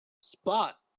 spot